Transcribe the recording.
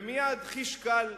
ומייד חיש קל,